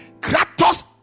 kratos